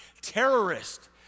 terrorist